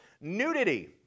nudity